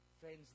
Friends